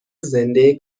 زنده